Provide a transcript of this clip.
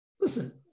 listen